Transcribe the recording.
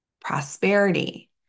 prosperity